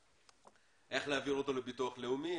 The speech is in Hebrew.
איך להעביר אותו לביטוח לאומי,